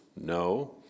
No